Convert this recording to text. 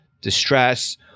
distress